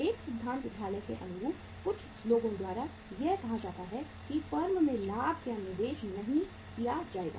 एक सिद्धांत विद्यालय के अनुरूप कुछ लोगों द्वारा यह कहा जाता है की फर्म में लाभ का निवेश नहीं किया जाएगा